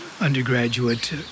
undergraduate